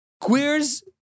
queers